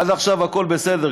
עד עכשיו הכול בסדר,